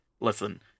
listen